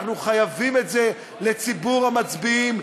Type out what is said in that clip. אנחנו חייבים את זה לציבור המצביעים,